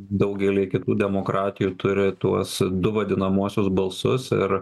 daugelyje kitų demokratijų turi tuos du vadinamuosius balsus ir